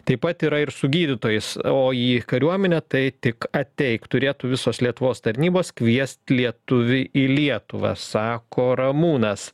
taip pat yra ir su gydytojais o į kariuomenę tai tik ateik turėtų visos lietuvos tarnybos kviest lietuvį į lietuvą sako ramūnas